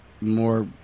more